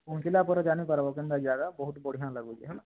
ପହଞ୍ଚିଲା ପରେ ଜାନିପାରିବ କେନ୍ତା ଜାଗା ବହୁତ ବଢ଼ିଆ ଲାଗୁଛି ହେଲା